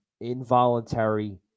involuntary